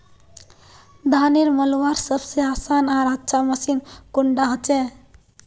धानेर मलवार सबसे आसान आर अच्छा मशीन कुन डा होचए?